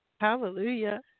Hallelujah